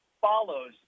follows